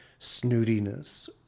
snootiness